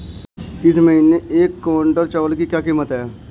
इस महीने एक क्विंटल चावल की क्या कीमत है?